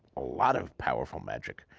a lot of powerful magic,